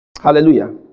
Hallelujah